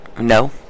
No